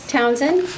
Townsend